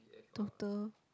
total